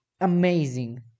amazing